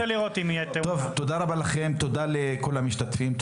תודה רבה לכל המשתתפים.